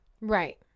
Right